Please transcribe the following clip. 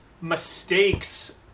Mistakes